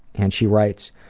and she writes